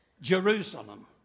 jerusalem